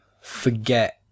forget